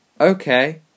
Okay